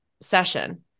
session